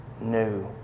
new